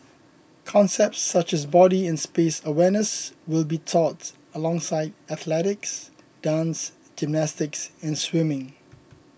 concepts such as body and space awareness will be taught alongside athletics dance gymnastics and swimming